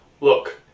look